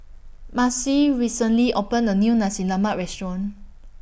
Marcy recently opened A New Nasi Lemak Restaurant